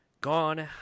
gone